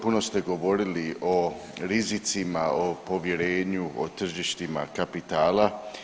Puno ste govorili o rizicima, o povjerenju, o tržištima kapitala.